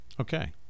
Okay